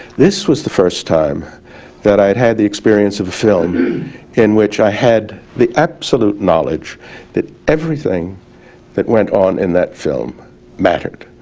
this was the first time that i had had the experience of a film in which i had the absolute knowledge that everything that went on in that film mattered.